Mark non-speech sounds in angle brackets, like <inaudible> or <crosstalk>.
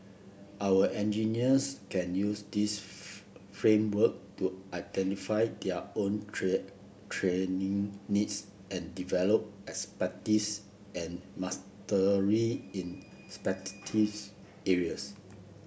our engineers can use this <unintelligible> framework to identify their own trained training needs and develop expertise and mastery in <unintelligible> areas